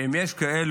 ואם יש כאלה,